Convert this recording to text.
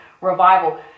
revival